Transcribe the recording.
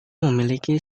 memiliki